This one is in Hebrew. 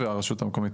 והרשות המקומית,